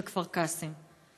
בכפר קאסם.